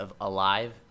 alive